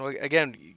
Again